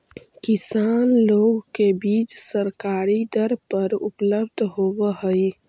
किसान लोग के बीज सरकारी दर पर उपलब्ध होवऽ हई